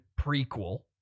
prequel